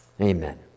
Amen